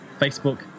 facebook